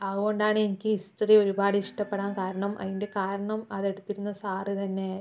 അതുകൊണ്ടാണ് എനിക്ക് ഹിസ്റ്ററി ഒരുപാട് ഇഷ്ടപ്പെടാൻ കാരണം അതിൻ്റെ കാരണം അത് എടുത്തിരുന്ന സാറ് തന്നെ